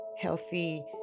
healthy